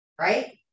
right